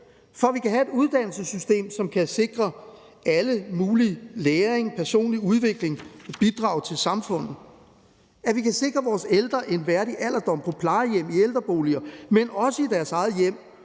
for at vi kan have et uddannelsessystem, som kan sikre alle en mulig læring, personlig udvikling og bidrage til samfundet, for at vi kan sikre vores ældre en værdig alderdom på plejehjem, i ældreboliger, men også i deres eget hjem,